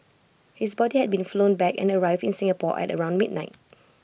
his body had been flown back and arrived in Singapore at around midnight